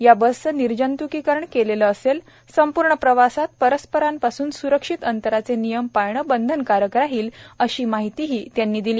या बसचं निर्जंत्कीकरणं केलेलं असेल संपूर्ण प्रवासात परस्परांपासून स्रक्षित अंतराचे नियम पाळणं बंधनकारक राहील अशी माहितीही त्यांनी दिली